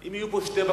אם יהיו פה שתי בקשות,